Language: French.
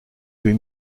huit